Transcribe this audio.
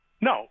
No